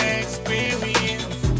experience